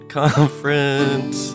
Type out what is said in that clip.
conference